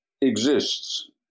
exists